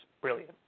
brilliant